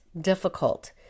Difficult